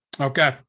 Okay